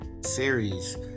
series